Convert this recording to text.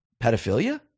pedophilia